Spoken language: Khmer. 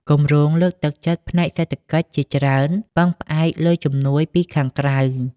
គម្រោងលើកទឹកចិត្តផ្នែកសេដ្ឋកិច្ចជាច្រើន ពឹងផ្អែកលើជំនួយពីខាងក្រៅ។